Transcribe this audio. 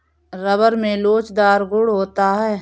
rubber में लोचदार गुण होता है